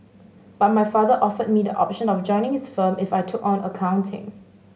but my father offered me the option of joining his firm if I took on accounting